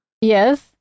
yes